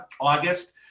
August